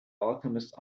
alchemist